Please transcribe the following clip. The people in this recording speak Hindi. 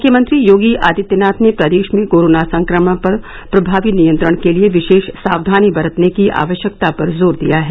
मुख्यमंत्री योगी आदित्यनाथ ने प्रदेश में कोरोना संक्रमण पर प्रभावी नियंत्रण के लिये विशेष सावधानी बरतने की आवश्यकता पर जोर दिया है